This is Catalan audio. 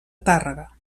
tàrrega